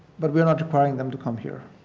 but we are not requiring them to come here.